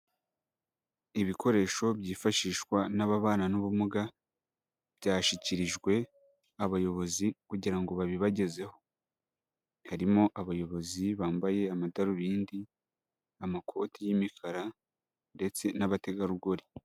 Ibikoresho byifashishwa n'ababana n'ubumuga, byashyikirijwe abayobozi, kugira ngo babibagezeho . Harimo abayobozi bambaye amadarubindi, amakoti y'imikara ndetse n'abategarugori .